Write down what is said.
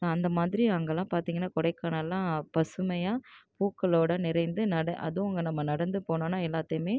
அந்த மாதிரி அங்கேலாம் பார்த்திங்கனா கொடைக்கானல்லாம் பசுமையாக பூக்களோடு நிறைந்து நட அதுவும் அங்கே நம்ம நடந்து போனோம்னால் எல்லாத்தையுமே